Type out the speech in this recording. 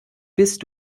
bist